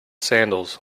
sandals